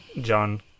John